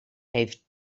heeft